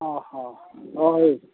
ᱚ ᱦᱚᱸ ᱦᱳᱭ